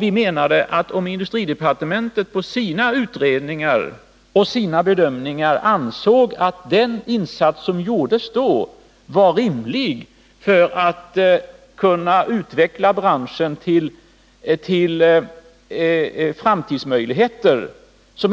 Vi menade från socialdemokratiskt håll att om industridepartementet i sina utredningar och bedömningar ansåg att den insats som gjordes då var rimlig för att kunna utveckla branschen för framtida möjligheter, så